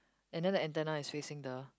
and then the antenna is facing the